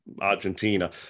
Argentina